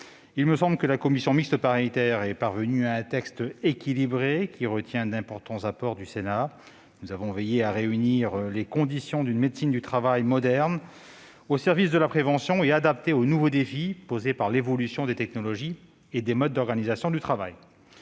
Il me semble que la commission mixte paritaire est parvenue à un texte équilibré qui retient d'importants apports du Sénat. Nous avons veillé à réunir les conditions d'une médecine du travail moderne, au service de la prévention et adaptée aux nouveaux défis posés par l'évolution des technologies et des modes d'organisation du travail.